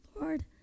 Lord